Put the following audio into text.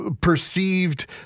perceived